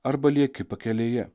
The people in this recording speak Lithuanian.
arba lieki pakelėje